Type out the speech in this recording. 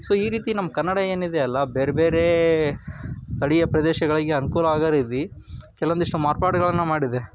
so ಈ ರೀತಿ ನಮ್ಮ ಕನ್ನಡ ಏನಿದೆ ಅಲ್ಲ ಬೇರೆ ಬೇರೆ ಸ್ಥಳೀಯ ಪ್ರದೇಶಗಳಿಗೆ ಅನುಕೂಲ ಆಗೋ ರೀತಿ ಕೆಲವೊಂದಿಷ್ಟು ಮಾರ್ಪಾಡುಗಳನ್ನು ಮಾಡಿದೆ